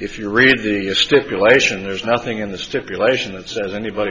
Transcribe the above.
if you read the stipulation there's nothing in the stipulation that says anybody